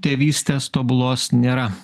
tėvystės tobulos nėra